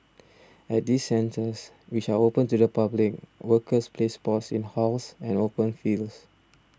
at these centres which are open to the public workers play sports in halls and open fields